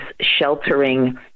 sheltering